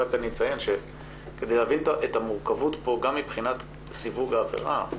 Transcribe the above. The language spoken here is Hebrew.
אציין רק שכדי להבין את המורכבות פה גם מבחינת סיווג העבירה,